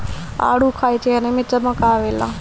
आडू खाए चेहरा में चमक आवेला